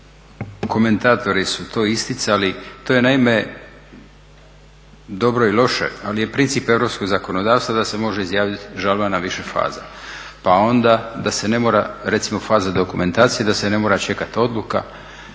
komentatori su to isticali. To je naime dobro i loše, ali je princip europskog zakonodavstva da se može izjaviti žalba na više faza, pa onda da se ne mora recimo faza dokumentacije da se ne mora čekati odluka